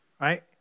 right